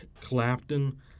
Clapton